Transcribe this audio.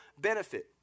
benefit